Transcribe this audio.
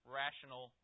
rational